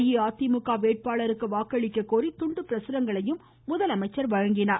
அஇஅதிமுக வேட்பாளருக்கு வாக்களிக்க கோரி துண்டு பிரசுரங்களையும் முதலமைச்சர் வழங்கினார்